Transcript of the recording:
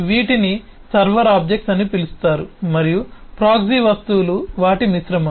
వీటిని server objects అని పిలుస్తారు మరియు ప్రాక్సీ వస్తువులు వాటి మిశ్రమం